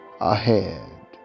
ahead